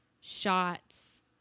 shots